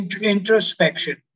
introspection